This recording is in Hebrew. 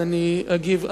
אני אגיב.